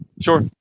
Sure